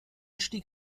stieg